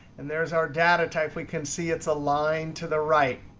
and there's our data type. we can see it's aligned to the right.